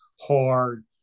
hard